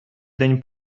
день